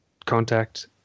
contact